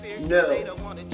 no